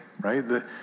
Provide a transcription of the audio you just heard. right